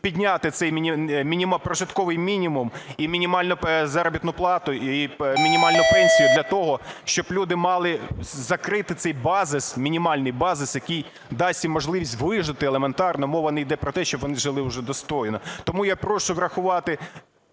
підняти цей прожитковий мінімум і мінімальну заробітну плату, і мінімальну пенсію для того, щоб люди мали закрити цей базис, мінімальний базис, який дасть їм можливість вижити елементарно, мова не йде про те, щоб вони жили вже достойно. Тому я прошу врахувати